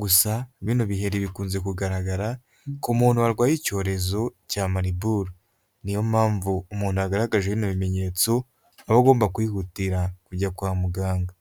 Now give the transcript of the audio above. Gusa bino biheri bikunze kugaragara ku muntu warwaye icyorezo cya mariburu. Ni iyo mpamvu umuntu wagaragaje bino bimenyetso, aba agomba kwihutira kujya kwa muganga.